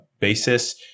basis